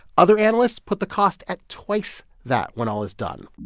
other analysts put the cost at twice that when all is done.